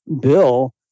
Bill